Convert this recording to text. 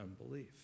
unbelief